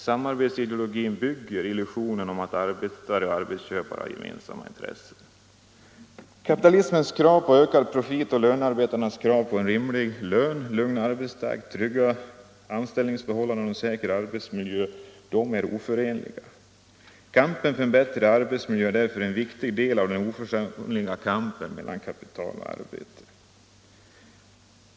Samarbetsideologin bygger på illusionen att arbetare och arbetsköpare har gemensamma intressen. Kapitalisternas krav på ökad profit och lönearbetarnas krav på rimlig lön, lugn arbetstakt, trygga anställningsförhållanden och en säker arbetsmiljö är oförenliga. Kampen för en bättre arbetsmiljö är därför en viktig del av den oförsonliga kampen mellan kapital och arbete.